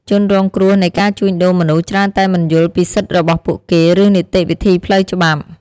ជនរងគ្រោះនៃការជួញដូរមនុស្សច្រើនតែមិនយល់ពីសិទ្ធិរបស់ពួកគេ ឬនីតិវិធីផ្លូវច្បាប់។